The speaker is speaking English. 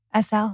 SL